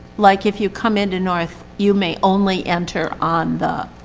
like if you come into north, you may only enter on the